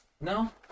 No